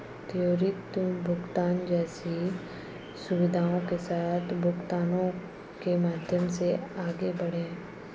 त्वरित भुगतान जैसी सुविधाओं के साथ भुगतानों के माध्यम से आगे बढ़ें